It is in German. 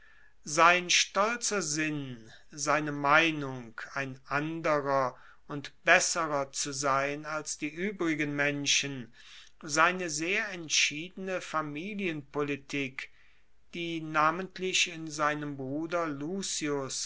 sein stolzer sinn seine meinung ein anderer und besserer zu sein als die uebrigen menschen seine sehr entschiedene familienpolitik die namentlich in seinem bruder